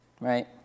right